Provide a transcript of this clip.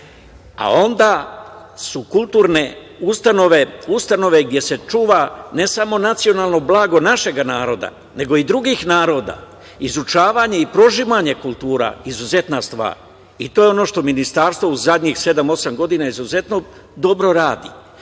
onda su su kulturne ustanove, ustanove gde se čuva ne samo nacionalno blago našeg naroda nego i drugih naroda. Izučavanje i prožimanje kultura je izuzetna stvar. To je ono što ministarstvo u zadnjih sedam, osam godina izuzetno dobro radi.